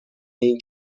این